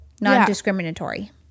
Non-discriminatory